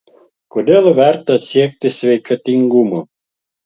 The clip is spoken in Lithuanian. kodėl verta siekti sveikatingumo